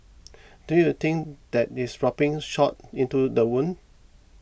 don't you think that is rubbing salt into the wound